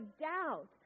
doubt